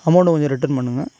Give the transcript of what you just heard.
அமௌண்ட்டை கொஞ்சம் ரிட்டன் பண்ணுங்கள்